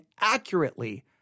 accurately